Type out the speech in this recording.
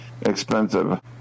expensive